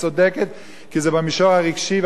כי זה במישור הרגשי והאמוציונלי.